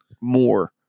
more